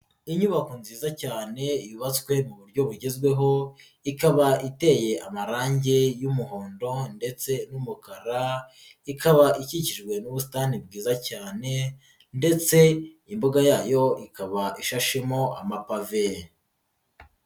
Inyubako nziza cyane yubatswe mu buryo bugezweho, ikaba iteye amarange y'umuhondo ndetse n'umukara ikaba ikikijwe n'ubusitani bwiza cyane ndetse imbuga yayo ikaba ishashemo amapave.